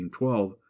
1812